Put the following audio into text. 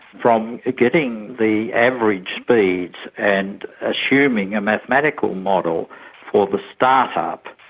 from getting the average speeds and assuming a mathematical model for the start-up,